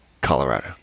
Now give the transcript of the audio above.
Colorado